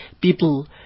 people